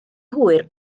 hwyr